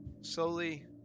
slowly